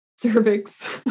cervix